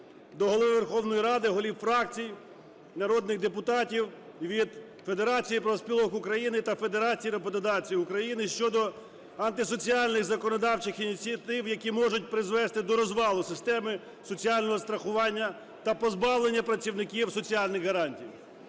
до Голови Верховної Ради, голів фракцій, народних депутатів від Федерації профспілок України та Федерації роботодавців України щодо антисоціальних законодавчих ініціатив, які можуть призвести до розвалу системи соціального страхування та позбавлення працівників соціальних гарантій.